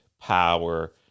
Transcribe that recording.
power